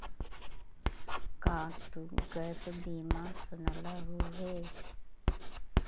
का तु गैप बीमा सुनलहुं हे?